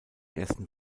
ersten